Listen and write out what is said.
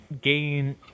gain